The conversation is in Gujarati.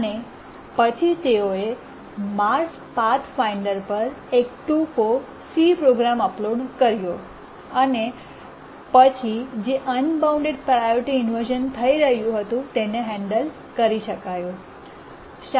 અને પછી તેઓએ માર્સ પાથ ફાઇન્ડર પર એક ટૂંકો સી પ્રોગ્રામ અપલોડ કર્યો અને પછી જે અનબાઉન્ડ પ્રાયોરિટી ઇન્વર્શ઼ન થઈ રહ્યું હતું એને હેન્ડલ કરી શકાયું